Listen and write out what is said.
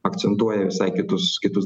akcentuoja visai kitus dalykus